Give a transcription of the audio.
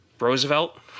Roosevelt